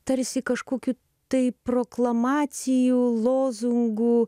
tarsi kažkokiu tai proklamacijų lozungų